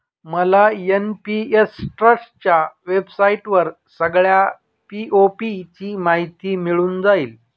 मला एन.पी.एस ट्रस्टच्या वेबसाईटवर सगळ्या पी.ओ.पी ची माहिती मिळून जाईल